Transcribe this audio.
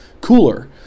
cooler